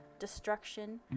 destruction